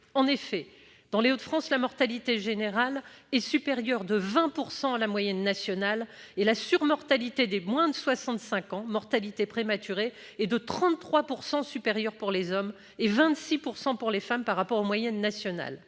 En effet, dans les Hauts-de-France, la mortalité générale est supérieure de 20 % à la moyenne nationale. Quant à la surmortalité des moins de 65 ans- soit la mortalité prématurée -, elle est supérieure de 33 % pour les hommes et de 26 % pour les femmes aux moyennes nationales.